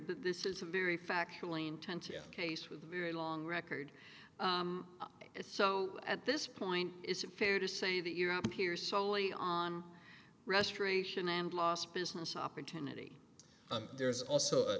but this is a very factually intent case with a very long record if so at this point is it fair to say that you're up here solely on restoration and lost business opportunity and there's also